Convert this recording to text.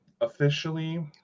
Officially